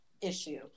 issue